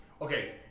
Okay